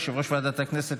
יושב-ראש ועדת הכנסת,